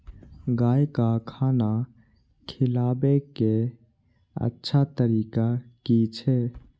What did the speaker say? गाय का खाना खिलाबे के अच्छा तरीका की छे?